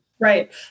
Right